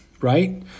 right